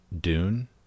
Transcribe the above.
Dune